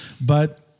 but-